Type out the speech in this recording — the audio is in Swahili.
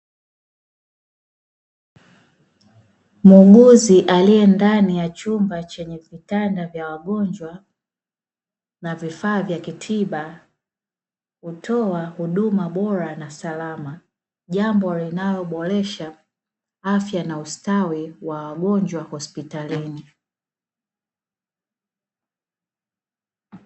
Muuguzi aliye ndani ya chumba chenye vitanda vya wagonjwa na vifaa vya kitiba, hutoa huduma bora na salama, jambo linaloboresha afya na ustawi wa wagonjwa hospitalini.